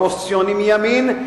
הפוסט-ציונים מימין,